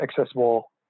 accessible